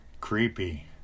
Creepy